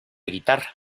guitarra